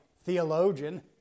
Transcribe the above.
theologian